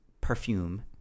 perfume